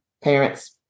parents